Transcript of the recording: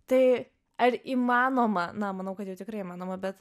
tai ar įmanoma na manau kad jau tikrai įmanoma bet